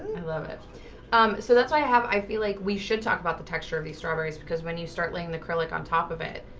i loved it so that's why i have i feel like we should talk about the texture of these strawberries because when you start laying the like on top of it.